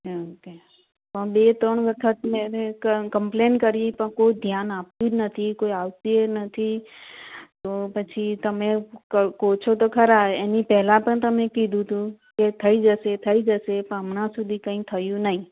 હં કે પણ બે ત્રણ વખત મેં કમ્પલેન કરી પણ કોઈ ધ્યાન આપતું જ નથી કોઈ આવતું એ નથી તો પછી તમે ક કહો છો તો ખરા એની પહેલાં પણ તમે કીધું હતું કે થઈ જશે થઈ જશે પણ હમણાં સુધી કંઈ થયું નથી